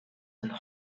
and